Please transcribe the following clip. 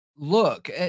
Look